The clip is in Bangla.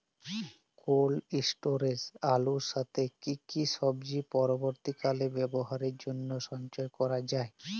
কোল্ড স্টোরেজে আলুর সাথে কি কি সবজি পরবর্তীকালে ব্যবহারের জন্য সঞ্চয় করা যায়?